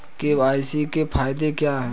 KYC के फायदे क्या है?